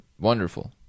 wonderful